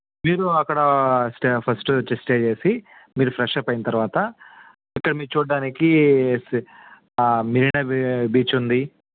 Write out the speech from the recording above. మీరు అక్కడ stay first వచ్చి స్టే చేసి మీరు ఫ్రెష్అప్ అయిన తరువాత అక్కడ మీరు చూడడానికి మెరీనా బీ బీచ్ ఉంది